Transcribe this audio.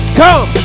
come